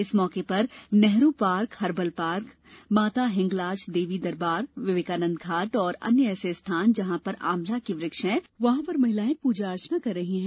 इस मौके पर नेहरू पार्क हर्बल पार्क माता हिंगलाज देवी दरबार विवेकानंद घाट और अन्य ऐसे स्थान जहां पर आंवला के वृक्ष हैं वहां पर महिलाएं युवतियां पूजा अर्चना कर रही हैं